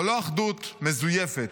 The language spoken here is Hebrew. אבל לא אחדות מזויפת.